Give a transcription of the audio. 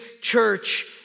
church